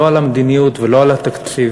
לא על המדיניות ולא על התקציב.